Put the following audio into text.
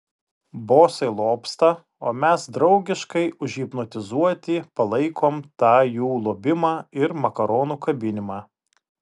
bosai lobsta o mes draugiškai užhipnotizuoti palaikom tą jų lobimą ir makaronu kabinimą